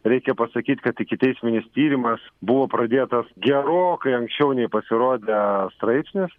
reikia pasakyt kad ikiteisminis tyrimas buvo pradėtas gerokai anksčiau nei pasirodė straipsnis